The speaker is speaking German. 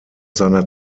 seiner